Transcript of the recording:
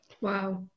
Wow